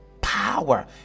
power